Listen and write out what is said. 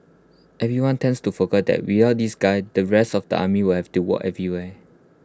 everyone tends to forgot that without these guys the rest of the army will have to walk everywhere